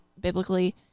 biblically